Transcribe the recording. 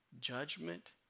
Judgment